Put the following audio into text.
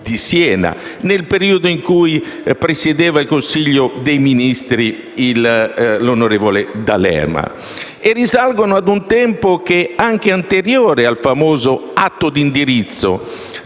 di Siena, nel periodo in cui presiedeva il Consiglio dei ministri l'onorevole D'Alema. Questi episodi risalgono a un tempo anche anteriore al famoso atto di indirizzo,